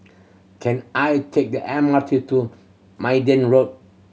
can I take the M R T to Minden Road